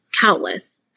countless